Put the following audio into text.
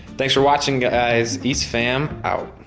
thanks for watching, guys, east fam out.